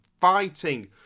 fighting